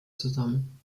zusammen